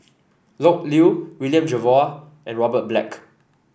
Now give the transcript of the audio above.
Loke Yew William Jervoi and Robert Black